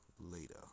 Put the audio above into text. Later